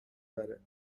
بره